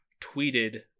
tweeted